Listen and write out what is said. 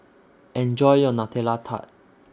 Enjoy your Nutella Tart